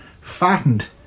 fattened